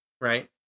right